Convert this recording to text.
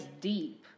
deep